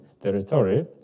territory